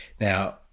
Now